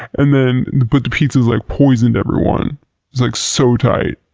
and then the but the pizzas, like, poisoned everyone. it's like, so tight.